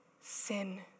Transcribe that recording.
Sin